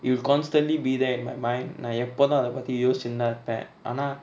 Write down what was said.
it'll constantly be there in my mind நா எப்போது அத பத்தி யோசிந்தா இருப்ப ஆனா:na eppothu atha pathi yosintha irupa aana